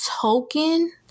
token